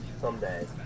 someday